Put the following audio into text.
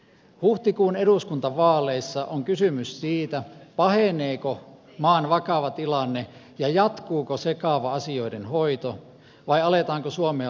huhtikuun eduskuntavaaleissa on kysymys siitä paheneeko maan vakava tilanne ja jatkuuko sekava asioiden hoito vai aletaanko suomea laittamaan kuntoon